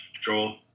Draw